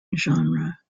genre